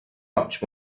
much